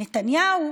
נתניהו: